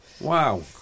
Wow